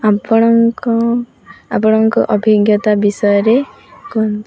ଆପଣଙ୍କ ଆପଣଙ୍କ ଅଭିଜ୍ଞତା ବିଷୟରେ କୁହନ୍ତୁ